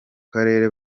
karere